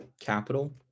capital